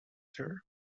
there